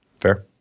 Fair